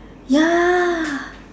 ya